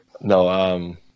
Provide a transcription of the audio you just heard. No